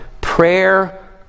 Prayer